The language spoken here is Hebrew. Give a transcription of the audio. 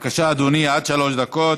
בבקשה, אדוני, עד שלוש דקות.